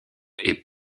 est